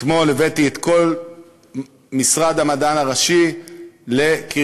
אתמול הבאתי את כל משרד המדען הראשי לקריית-שמונה,